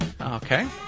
Okay